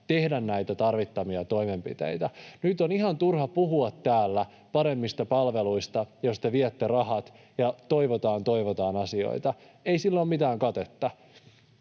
tehdä tarvittavia toimenpiteitä. Nyt on ihan turha puhua täällä paremmista palveluista, jos te viette rahat ja toivotaan, toivotaan asioita. Ei sillä ole mitään katetta,